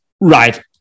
Right